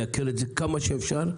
לייקר את זה כמה שאפשר,